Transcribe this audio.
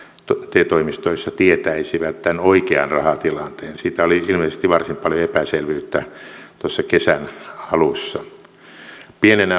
te toimistoissa tietäisivät tämän oikean rahatilanteen siitä oli ilmeisesti varsin paljon epäselvyyttä kesän alussa pienenä